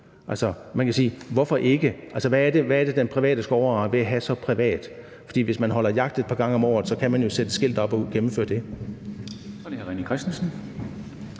Man kan sige: Hvorfor ikke? Hvad er det, den private skovejer vil have så privat? For hvis man holder jagt et par gange om året, kan man jo sætte et skilt op og gennemføre det.